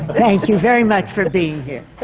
thank you very much for being here.